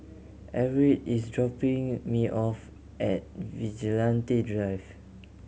Everett is dropping me off at Vigilante Drive